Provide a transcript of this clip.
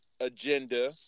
agenda